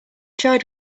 tried